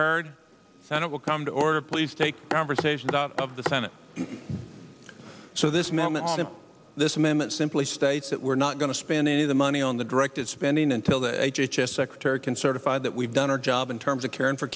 heard and it will come to order please take conversations out of the senate so this moment and this amendment simply states that we're not going to spend any of the money on the directed spending until the h h s secretary can certify that we've done our job in terms of caring for